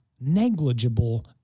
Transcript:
negligible